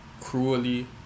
cruelly